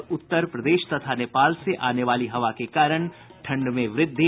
और उत्तर प्रदेश तथा नेपाल से आने वाली हवा के कारण ठंड में वृद्धि